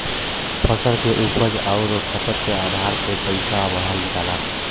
फसल के उपज आउर खपत के आधार पे पइसवा बढ़ जाला